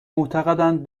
معتقدند